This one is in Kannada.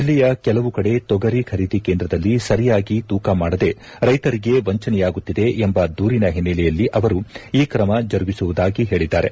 ಜಿಲ್ಲೆಯ ಕೆಲವು ಕಡೆ ತೊಗರಿ ಖರೀದಿ ಕೇಂದ್ರದಲ್ಲಿ ಸರಿಯಾಗಿ ತೂಕ ಮಾಡದೆ ರೈತರಿಗೆ ವಂಚನೆಯಾಗುತ್ತಿದೆ ಎಂಬ ದೂರಿನ ಹಿನ್ನೆಲೆಯಲ್ಲಿ ಅವರು ಈ ಕ್ರಮ ಜರುಗಿಸುವುದಾಗಿ ಹೇಳಿದ್ದಾರೆ